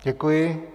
Děkuji.